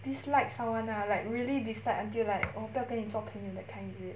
dislike someone ah like really dislike until like 我不要跟你做朋友 that kind is it